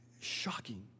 Shocking